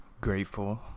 grateful